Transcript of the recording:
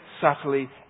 subtly